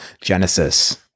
Genesis